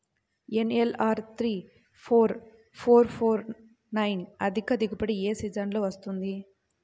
NLR three four four four nine అధిక దిగుబడి ఏ సీజన్లలో వస్తుంది?